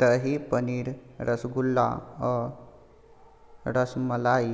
दही, पनीर, रसगुल्ला आ रसमलाई